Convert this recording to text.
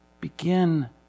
Begin